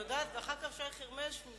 אחר כך, חבר הכנסת שי חרמש.